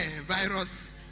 Virus